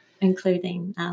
Including